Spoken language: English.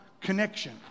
connection